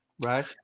Right